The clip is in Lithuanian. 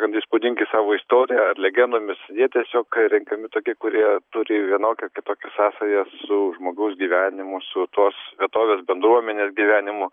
kad įspūdingi savo istorija ar legendomis jie tiesiog renkami tokie kurie turi vienokią kitokią sąsają su žmogaus gyvenimu su tos vietovės bendruomenės gyvenimu